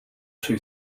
too